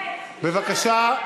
בבקשה,